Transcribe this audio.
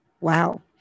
Wow